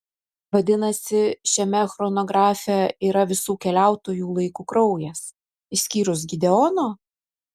vadinasi šiame chronografe yra visų keliautojų laiku kraujas išskyrus gideono